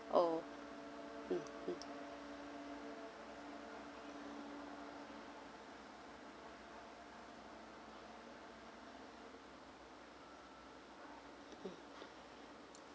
oh mm mm